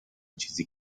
چیزی